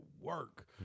work